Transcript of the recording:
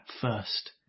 first